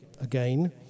again